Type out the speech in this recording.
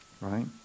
Right